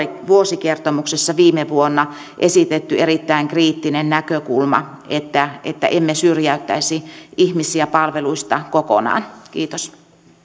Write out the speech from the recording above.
vuosikertomuksessa viime vuonna esitetty erittäin kriittinen näkökulma että että emme syrjäyttäisi ihmisiä palveluista kokonaan kiitos